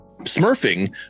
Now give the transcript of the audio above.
smurfing